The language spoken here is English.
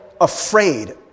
afraid